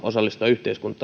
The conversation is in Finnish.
osallistua